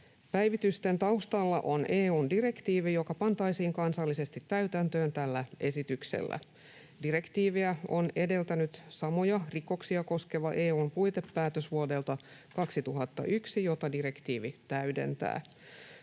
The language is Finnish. Päivitysten taustalla on EU:n direktiivi, joka pantaisiin kansallisesti täytäntöön tällä esityksellä. Direktiiviä on edeltänyt samoja rikoksia koskeva EU:n puitepäätös vuodelta 2001, jota direktiivi täydentää.